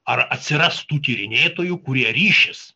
ar atsirastų tyrinėtojų kurie ryšis